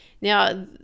Now